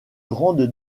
grande